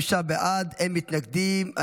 חמישה בעד, אין מתנגדים.